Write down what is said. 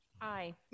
Aye